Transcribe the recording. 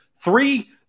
Three